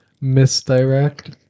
Misdirect